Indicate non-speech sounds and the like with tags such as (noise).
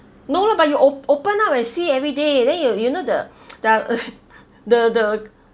no lah but you op~ open up and see everyday then you you know the (noise) the (laughs) the the